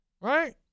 right